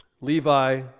Levi